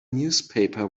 newspaper